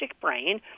Brain